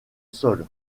sol